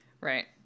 Right